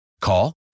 Call